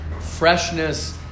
freshness